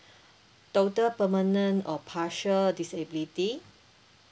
total permanent or partial disability